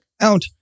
out